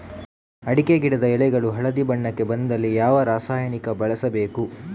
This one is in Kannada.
ಅಡಿಕೆ ಗಿಡದ ಎಳೆಗಳು ಹಳದಿ ಬಣ್ಣಕ್ಕೆ ಬಂದಲ್ಲಿ ಯಾವ ರಾಸಾಯನಿಕ ಬಳಸಬೇಕು?